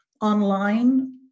online